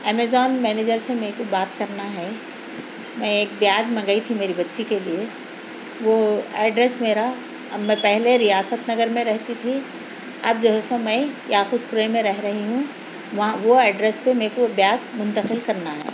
Amazon manager سے میرے کو بات کرنا ہے میں ایک بیاگ منگائی تھی میری بچی کے لیے وہ ایڈریس میرا اب میں پہلے ریاست نگر میں رہتی تھی اب جو ہے سو میں یاقوت پورے میں رہ رہی ہوں وہاں وہ ایڈرس پہ میرے کو بیگ منتقل کرنا ہے